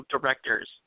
directors